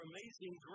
Amazing